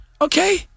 okay